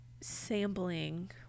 sampling